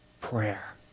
prayer